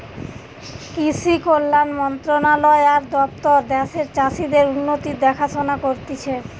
কৃষি কল্যাণ মন্ত্রণালয় আর দপ্তর দ্যাশের চাষীদের উন্নতির দেখাশোনা করতিছে